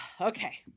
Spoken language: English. Okay